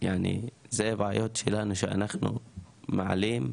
וזה בעיות שלנו שאנחנו מעלים,